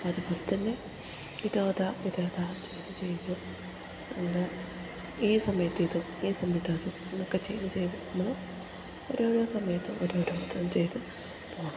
അപ്പം അതുപോലെ തന്നെ ഇതതാ ഇതതാ ചെയ്തു ചെയ്ത് അങ്ങനെ ഈ സമയത്ത് ഇതും ഈ സമയത്തതും എന്നൊക്കെ ചെയ്തു ചെയ്ത് നമ്മൾ ഓരോരോ സമയത്തും ഓരോരോതും ചെയ്തു പോകണം